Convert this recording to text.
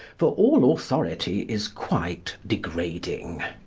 for all authority is quite degrading.